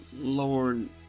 Lord